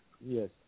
Yes